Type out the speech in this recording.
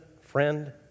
friend